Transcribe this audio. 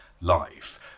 life